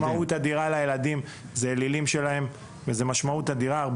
יש לזה משמעות אדירה עבור הילדים,